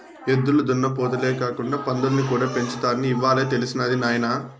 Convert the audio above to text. ఎద్దులు దున్నపోతులే కాకుండా పందుల్ని కూడా పెంచుతారని ఇవ్వాలే తెలిసినది నాయన